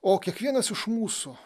o kiekvienas iš mūsų